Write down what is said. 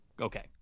Okay